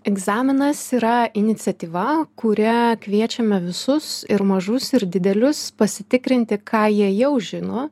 egzaminas yra iniciatyva kuria kviečiame visus ir mažus ir didelius pasitikrinti ką jie jau žino